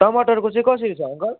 टमाटरको चाहिँ कसरी छ अङ्कल